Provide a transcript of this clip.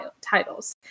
titles